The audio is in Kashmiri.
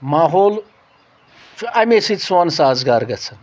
ماحول چھُ امے سۭتۍ سون سازگار گژھان